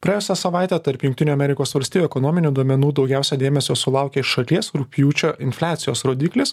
praėjusią savaitę tarp jungtinių amerikos valstijų ekonominių duomenų daugiausia dėmesio sulaukė iš šalies rugpjūčio infliacijos rodiklis